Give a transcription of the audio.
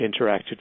interacted